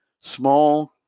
small